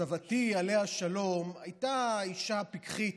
סבתי, עליה השלום, הייתה אישה פיקחית.